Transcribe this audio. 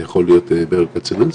זה יכול להיות ברל כצנלסון,